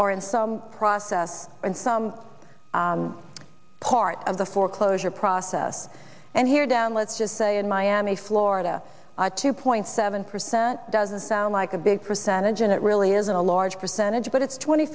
or in some process or in some part of the foreclosure process and here down let's just say in miami florida two point seven percent doesn't sound like a big percentage and it really isn't a large percentage but it's twenty